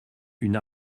une